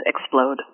explode